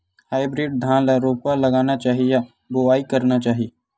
Hybrid धान ल रोपा लगाना चाही या बोआई करना चाही?